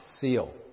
seal